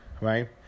right